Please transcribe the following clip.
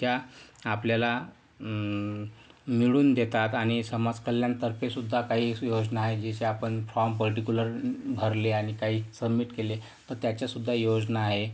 ज्या आपल्याला मिळवून देतात आणि समाजकल्याणतर्फे सुद्धा काही योजना आहे जिथे आपण फॉर्म पर्टिक्युलर भरले आणि काही सबमिट केले तर त्याच्यासुद्धा योजना आहे